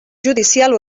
judicial